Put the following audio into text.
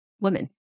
women